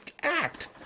act